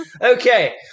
Okay